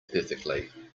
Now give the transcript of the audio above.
perfectly